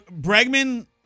Bregman